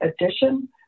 addition